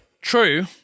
True